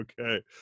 Okay